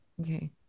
Okay